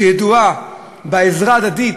שידועה בעזרה ההדדית,